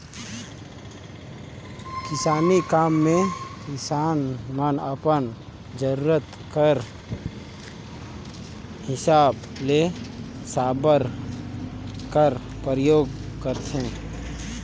किसानी काम मे किसान मन अपन जरूरत कर हिसाब ले साबर कर परियोग करथे